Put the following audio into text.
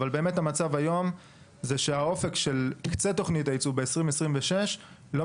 המצב היום הוא שהאופק של קצה תוכנית הייצוב ב-2026 לא